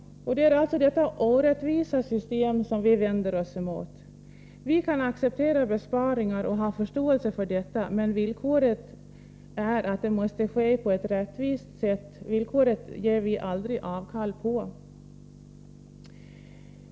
Det är alltså detta orättvisa system som vi vänder oss emot. Vi kan acceptera besparingar och ha förståelse för att de måste företas, men villkoret att det måste ske på ett rättvist sätt ger vi aldrig avkall på.